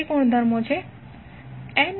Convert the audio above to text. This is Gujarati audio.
તે ગુણધર્મો શું છે